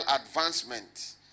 advancement